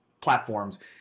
platforms